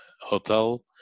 hotel